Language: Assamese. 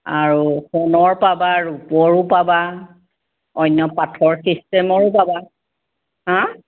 আৰু সোণৰ পাবা ৰূপৰো পাবা অন্য পাথৰ চিষ্টেমৰো পাবা হা